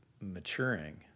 maturing